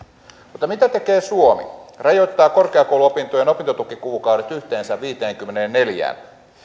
mutta mitä tekee suomi rajoittaa korkeakouluopintojen opintotukikuukaudet yhteensä viiteenkymmeneenneljään